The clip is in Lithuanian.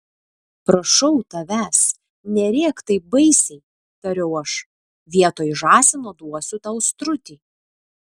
prašau tavęs nerėk taip baisiai tariau aš vietoj žąsino duosiu tau strutį